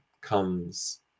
comes